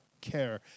care